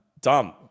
dumb